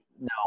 no